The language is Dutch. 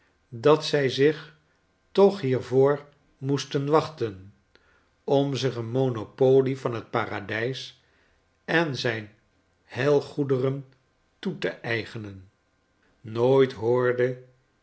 dat zij zich toch hiervoor moesten wachten om zicheen monopolie van t paradljs en zijnheilgoederen toe te eigenen nooit hoorde